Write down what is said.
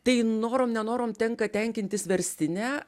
tai norom nenorom tenka tenkintis verstine